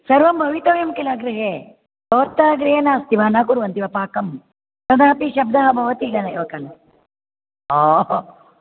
सर्वम् भवितव्यं खिल गृहे भवतः गृहे नास्ति वा न कुर्वन्ति वा पाकम् तदापि शब्दः भवति इदमेव खलु ओहो